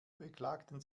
beklagten